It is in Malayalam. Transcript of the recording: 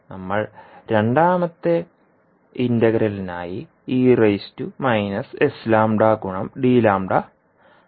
നമ്മൾ രണ്ടാമത്തെ ഇന്റഗ്രലിനായി പുറത്തെടുക്കും